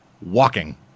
walking